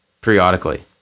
periodically